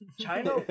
China